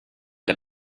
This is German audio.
der